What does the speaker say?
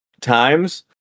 times